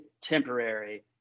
temporary